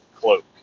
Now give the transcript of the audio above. cloak